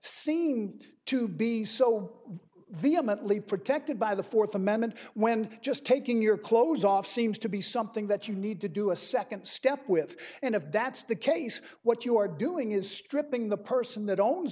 seem to be so vehemently protected by the fourth amendment when just taking your clothes off seems to be something that you need to do a second step with and if that's the case what you're doing is stripping the person that owns